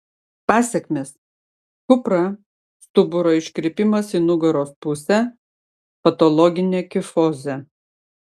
pasekmės kupra stuburo iškrypimas į nugaros pusę patologinė kifozė